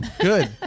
Good